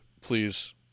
please